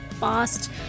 past